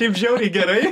taip žiauriai gerai